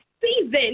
season